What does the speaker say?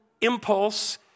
impulse